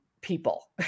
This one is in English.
people